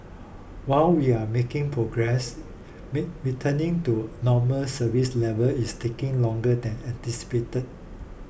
while we are making progress returning to normal service level is taking longer than anticipated